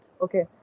Okay